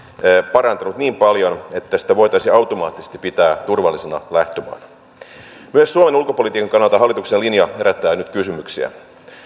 parantunut niin paljon että sitä voitaisiin automaattisesti pitää turvallisena lähtömaana myös suomen ulkopolitiikan kannalta hallituksen linja herättää nyt kysymyksiä